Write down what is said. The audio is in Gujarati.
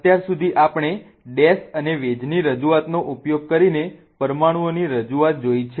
અત્યાર સુધી આપણે ડેશ અને વેજ ની રજૂઆતનો ઉપયોગ કરીને પરમાણુઓની રજૂઆત જોઈ છે